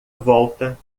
volta